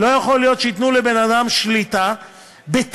לא יכול להיות שייתנו לבן-אדם שליטה בטריליונים,